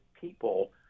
people